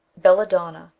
belladonna,